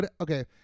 okay